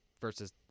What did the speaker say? versus